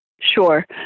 Sure